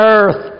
earth